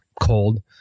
cold